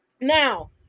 now